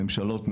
ממשלות מתחלפות,